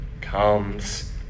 comes